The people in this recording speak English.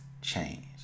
change